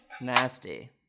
Nasty